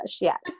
Yes